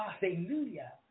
hallelujah